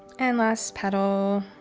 and last petal,